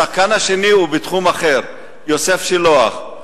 השחקן השני הוא בתחום אחר, יוסף שילוח.